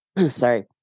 Sorry